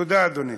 תודה, אדוני.